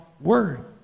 word